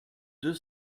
deux